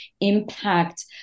impact